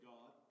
God